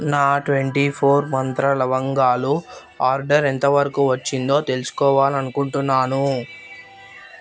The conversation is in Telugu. నా ట్వంటీ ఫోర్ మంత్ర లవంగాలు ఆర్డర్ ఎంతవరకొచ్చిందో తెలుసుకోవాలనుకుంటున్నాను